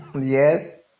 Yes